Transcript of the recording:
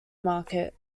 market